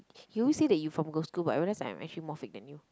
you always say that you from girl school but I realize I'm actually more fake than you